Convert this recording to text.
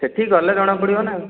ସେଠି ଗଲେ ଜଣାପଡ଼ିବ ନା ଆଉ